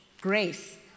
grace